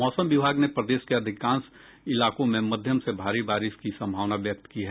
मौसम विभाग ने प्रदेश के अधिकांश इलाकों में मध्यम से भारी बारिश की संभावना व्यक्त की है